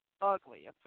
ugly